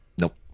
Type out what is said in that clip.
Nope